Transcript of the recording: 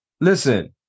listen